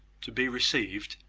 to be received,